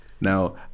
Now